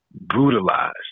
brutalized